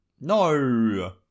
No